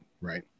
Right